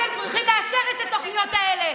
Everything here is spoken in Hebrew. אתם צריכים לאשר את התוכניות האלה.